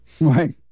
Right